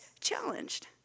challenged